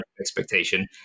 expectation